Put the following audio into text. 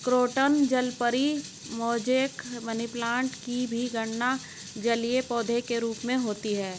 croton जलपरी, mosaic, money plant की भी गणना जलीय पौधे के रूप में होती है